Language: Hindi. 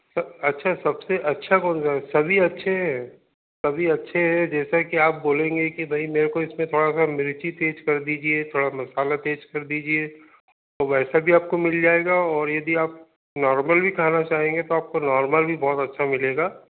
सर अच्छा सबसे अच्छा कौन सा सभी अच्छे हैं सभी अच्छे हैं जैसे की आप बोलेंगे की भाई मेरे को इसमें थोड़ा मिर्ची तेज कर दीजिए थोड़ा मसाला तेज कर दीजिए तो वैसा भी आपको मिल जाएगा और यदि आप नॉर्मल भी खाना चाहेंगे तो आपको नॉर्मल भी बहुत अच्छा मिलेगा